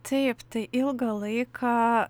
taip tai ilgą laiką